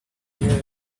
hear